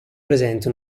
presente